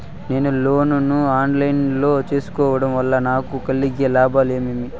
నేను లోను ను online లో సేసుకోవడం వల్ల నాకు కలిగే లాభాలు ఏమేమీ?